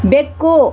ಬೆಕ್ಕು